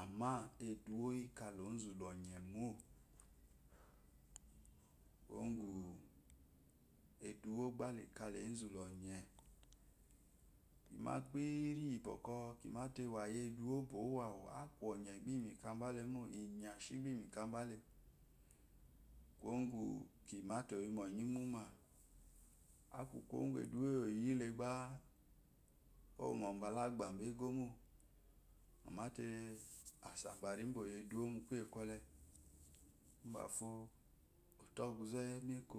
amma eduwo kala ozu ɔye mo kuyo gwe edúwo bá la kya zozula oye ma peri iyi bɔkimate wayi eduwo bo'ko’ owowawu eku ɔye ba iyi mi kabe lemo aku iyashi bá iyi mi kabale kúwo gwu kima te oyimo oye imumá aku kuwo gwu eduwo gwu oyiyi he ba ɔro bála aqbe ba keqomo mimete ababari bɔkɔ oyi eduwo mukuyelwole ubafo attó oquze uwú emoko